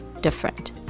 different